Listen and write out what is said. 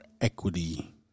equity